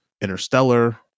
Interstellar